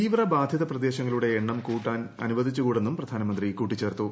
തീവ്ര ബാധിത പ്രദേശങ്ങളുടെ എണ്ണം കൂടാൻ അനുവദിച്ചുകൂടെന്നും പ്രധാനമന്ത്രി കൂട്ടിച്ചേർത്തു